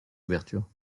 ouverture